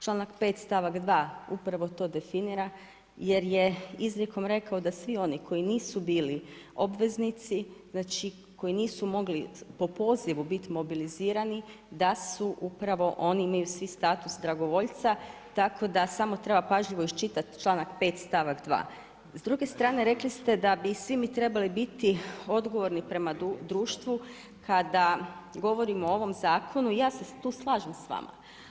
Članak 5 stavak 2, upravo to definira, jer je izlikom rekao, da svi oni koji nisu bili obveznici, znači koji nisu mogli po pozivu biti mobilizirani, da su upravo oni imaju svi status dragovoljca, tako da samo treba pažljivo iščitati čl. 5 stavak 2. S druge strane rekli ste, da bi svi mi biti odgovorni prema društvu, kada govorimo o ovom zakonu i ja se tu slažem s vama.